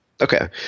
Okay